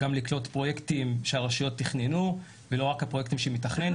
גם לקלוט פרויקטים שהרשויות תכננו ולא רק הפרויקטים שהיא מתכננת,